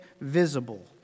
visible